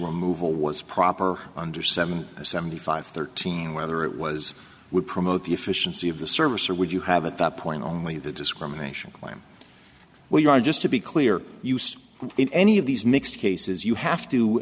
removal was proper under seven seventy five thirteen whether it was would promote the efficiency of the service or would you have at that point only the discrimination claim where you are just to be clear used in any of these mixed cases you have to